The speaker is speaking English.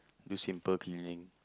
do simple cleaning